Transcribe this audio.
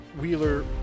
Wheeler